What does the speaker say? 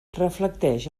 reflecteix